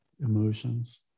Emotions